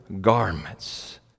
garments